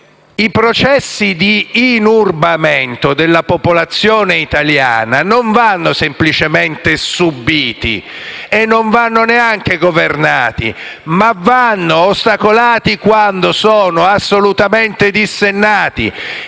i processi di inurbamento della popolazione italiana non vanno semplicemente subiti e non vanno neanche governati, ma vanno ostacolati quando sono assolutamente dissennati.